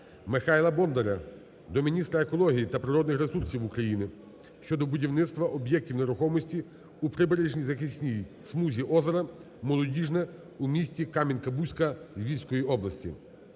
Михайла Бондаря до міністра екології та природних ресурсів України щодо будівництва об'єктів нерухомості у прибережній захисній смузі озера "Молодіжне" у місті Кам'янка-Бузька Львівської області.